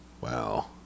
Wow